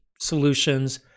solutions